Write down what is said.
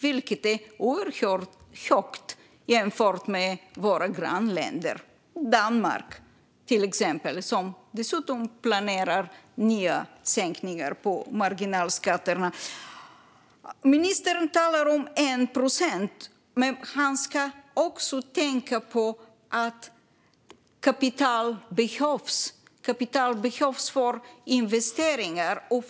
Det är oerhört högt jämfört med våra grannländer, till exempel Danmark. Där planerar man dessutom nya sänkningar av marginalskatterna. Ministern talar om 1 procent. Men han ska också tänka på att kapital behövs för investeringar.